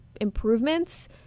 improvements